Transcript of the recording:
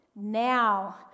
now